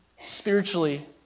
spiritually